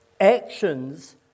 actions